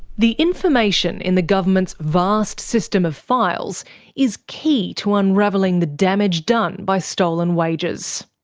the information in the government's vast system of files is key to unravelling the damage done by stolen wages.